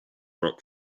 rock